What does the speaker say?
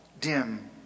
dim